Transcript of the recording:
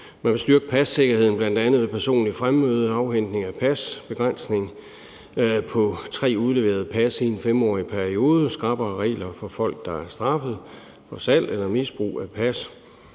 Man vil styrke passikkerheden, bl.a. ved hjælp af personligt fremmøde ved afhentning af pas, en begrænsning på tre udleverede pas inden for en 5-årig periode, skrappere regler for folk, der er straffet for salg eller misbrug af pas